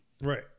Right